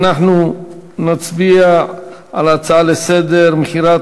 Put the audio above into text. אנחנו נצביע על ההצעות לסדר-היום: מכירת